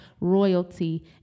royalty